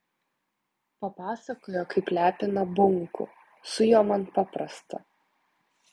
papasakojo kaip lepina bunkų su juo man paprasta